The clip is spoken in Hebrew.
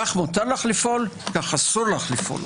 כך מותר לך לפעול, כך אסור לך לפעול.